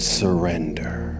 surrender